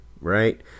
right